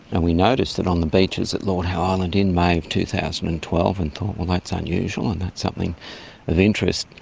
and we noticed that on the beaches at lord howe island in may two thousand and twelve and thought, well, that's unusual and that's something of interest.